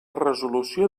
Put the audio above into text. resolució